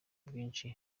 bwinshi